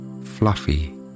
fluffy